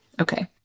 okay